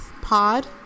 pod